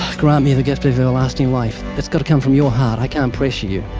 grant me the gift of everlasting life. it's gotta come from your heart. i can't pressure you.